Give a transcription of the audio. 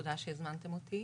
בוקר טוב, תודה שהזמנתם אותי.